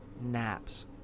Naps